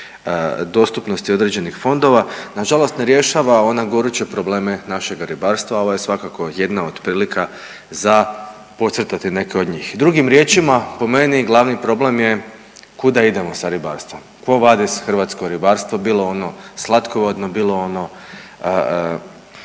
dostupnosti određenih fondova, nažalost ne rješava ona goruće probleme našega ribarstva, a ova je svakako jedna od prilika za podcrtati neke od njih. Drugim riječima, po meni glavni problem je kuda idemo sa ribarstvom? Quo vadis hrvatsko ribarstvo, bilo ono slatkovodno, bilo ono